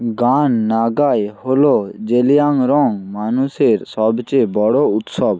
গান নাগাই হলো জেলিয়াংরং মানুষের সবচেয়ে বড়ো উৎসব